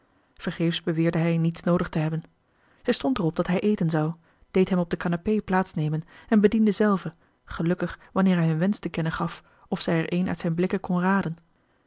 vergeefs beweerde hij niets noodig te hebben zij stond er op dat hij eten zou deed hem op de canapé plaatsnemen en bediende zelve gelukkig wanneer hij een wensch te kennen gaf of zij er een uit zijn blikken kon raden